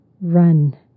run